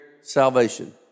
salvation